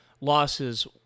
losses